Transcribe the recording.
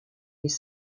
les